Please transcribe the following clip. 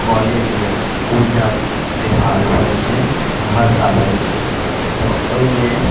कॉलेजमे उर्जा त्योहार होइ छै हर साल होइ छै तऽ ओहिमे